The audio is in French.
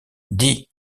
dit